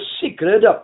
secret